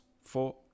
four